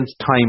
time